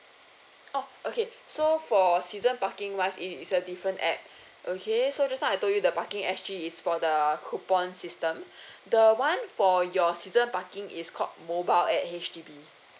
oh okay so for season parking wise it is a different A_P_P okay so just now I told you the parking actually is for the coupon system the one for your season parking is called mobile at H_D_B